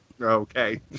okay